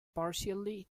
partially